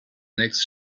next